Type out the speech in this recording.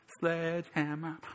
Sledgehammer